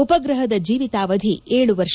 ಉಪಗ್ರಹದ ಜೀವಿತಾವಧಿ ಏಳು ವರ್ಷ